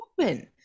open